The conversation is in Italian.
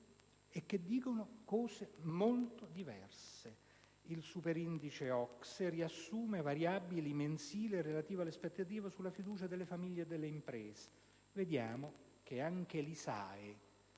che dicono cose molto diverse: il superindice OCSE riassume variabili mensili relative alle aspettative sulla fiducia delle famiglie e delle imprese. Come possiamo constatare, anche l'ISAE,